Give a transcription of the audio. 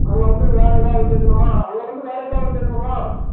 அங்கே வந்து வேறு எதாவது கேட்கணுமா அங்கே வந்து வேறு எதாவது கேட்கணுமா